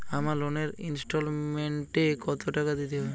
আমার লোনের ইনস্টলমেন্টৈ কত টাকা দিতে হবে?